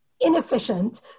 inefficient